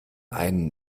einen